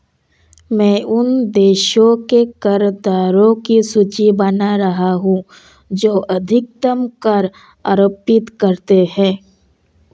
मैं उन देशों के कर दरों की सूची बना रहा हूं जो अधिकतम कर आरोपित करते हैं